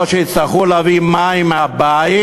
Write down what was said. או שיצטרכו להביא מים מהבית,